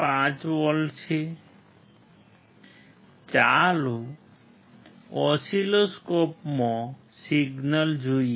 5 volt છે ચાલો ઓસિલોસ્કોપમાં સિગ્નલ જોઈએ